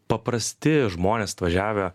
paprasti žmonės atvažiavę